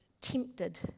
tempted